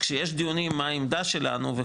כשיש דיונים על מה היא העמדה שלנו,